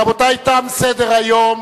רבותי, תם סדר-היום.